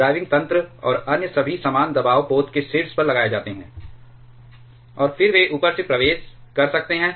driving तंत्र और अन्य सभी सामान दबाव पोत के शीर्ष पर लगाए जाते हैं और फिर वे ऊपर से प्रवेश कर सकते हैं